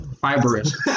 Fibrous